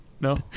No